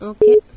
Okay